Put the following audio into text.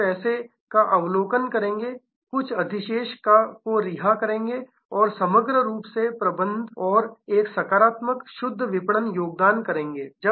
कुछ पैसे का अवलोकन करेंगे और कुछ अधिशेष को रिहा करेंगे और समग्र रूप से प्रबंधन और एक सकारात्मक शुद्ध विपणन योगदान करेंगे